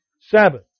Sabbath